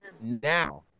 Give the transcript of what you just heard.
Now